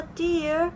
dear